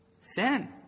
Sin